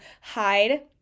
hide